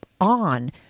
on